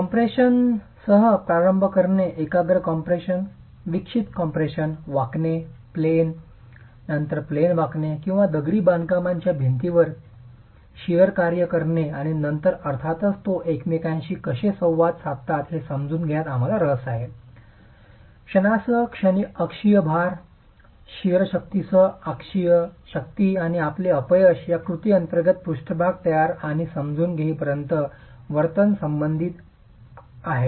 कॉम्प्रेशनसह प्रारंभ करणे एकाग्र कॉम्प्रेशन विक्षिप्त कॉम्प्रेशन वाकणे प्लेन वाकणे आणि नंतर प्लेन वाकणे किंवा दगडी बांधकामाच्या भिंतीवर शिअर कार्य करणे आणि नंतर अर्थातच ते एकमेकांशी कसे संवाद साधतात हे समजून घेण्यात आम्हाला रस आहे क्षणासह अक्षीय भार शिअर शक्तीसह अक्षीय शक्ती आणि आपले अपयश या कृती अंतर्गत पृष्ठभाग तयार आणि समजून घेईपर्यंत वर्तन संबंधित योग्य आहे